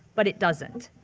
but it doesn't.